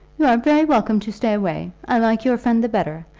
you are very welcome to stay away. i like your friend the better.